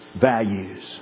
values